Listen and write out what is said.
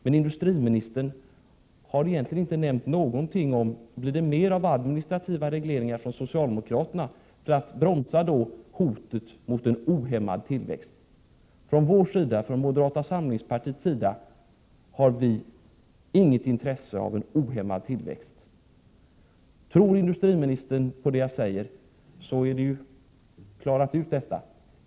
Men industriministern har egentligen inte nämnt någonting om huruvida det blir fråga om mer av administrativa regleringar från socialdemokraterna för att bromsa en hotande utveckling mot en ohämmad tillväxt. Vi i moderata samlingspartiet har inget intresse av en ohämmad tillväxt. Om industriministern tror på det jag säger, har vi ju klarat ut det hela.